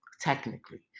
Technically